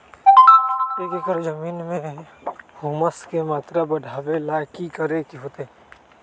एक एकड़ जमीन में ह्यूमस के मात्रा बढ़ावे ला की करे के होतई?